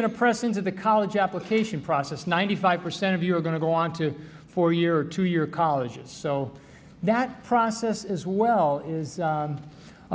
going to present to the college application process ninety five percent of you are going to go on to four year two year colleges so that process as well is a